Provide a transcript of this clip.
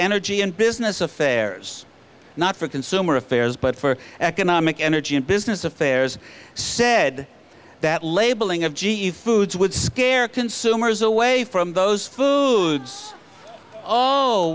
energy and business affairs not for consumer affairs but for economic energy and business affairs said that labeling of g e foods would scare consumers away from those foods oh